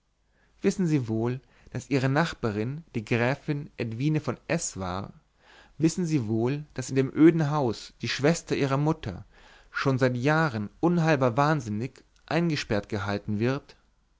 wissen sie wohl daß ihre nachbarin die gräfin edwine von s war wissen sie wohl daß in dem öden hause die schwester ihrer mutter schon seit jahren unheilbar wahnsinnig eingesperrt gehalten wird